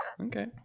okay